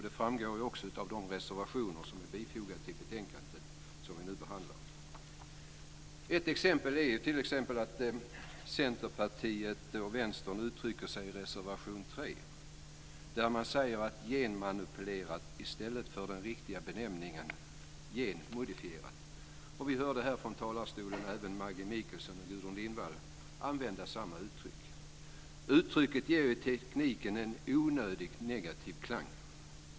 Det framgår av de reservationer som är fogade till det betänkande som vi nu behandlar. Ett exempel är hur Centerpartiet och Vänstern uttrycker sig i reservation 3, där man säger genmanipulerad i stället för den riktiga benämningen genmodifierad. Vi har hört även Maggi Mikaelsson och Gudrun Lindvall använda samma uttryck från talarstolen. Uttrycket ger tekniken en onödig negativ klang.